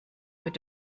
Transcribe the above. wird